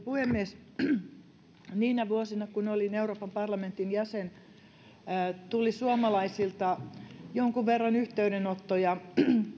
puhemies niinä vuosina kun olin euroopan parlamentin jäsen tuli suomalaisilta jonkun verran yhteydenottoja